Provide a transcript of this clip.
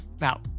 Now